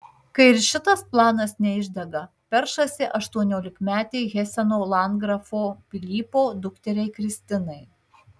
kai ir šitas planas neišdega peršasi aštuoniolikmetei heseno landgrafo pilypo dukteriai kristinai